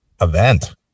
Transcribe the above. event